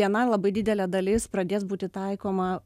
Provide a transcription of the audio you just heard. vienai labai didelė dalis pradės būti taikoma